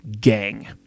gang